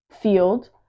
field